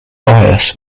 bias